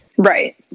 Right